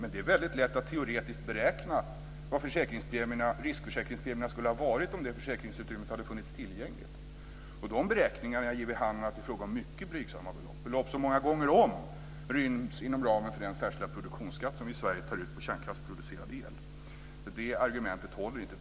Men det är väldigt lätt att teoretiskt beräkna vad riskförsäkringspremierna skulle ha varit om det försäkringsutrymmet hade funnits tillgängligt. De beräkningarna ger vid handen att det är fråga om mycket blygsamma belopp - belopp som många gånger om ryms inom ramen för den särskilda produktionsskatt som vi i Sverige tar ut på kärnkraftsproducerad el. Det argumentet håller inte.